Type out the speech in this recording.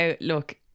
Look